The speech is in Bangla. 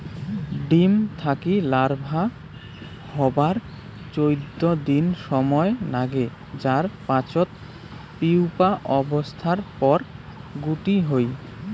ডিম থাকি লার্ভা হবার চৌদ্দ দিন সমায় নাগে যার পাচত পিউপা অবস্থার পর গুটি হই